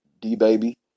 D-Baby